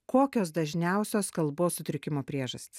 kokios dažniausios kalbos sutrikimo priežastys